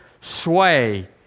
sway